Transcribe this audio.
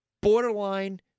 borderline